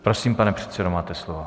Prosím, pane předsedo, máte slovo.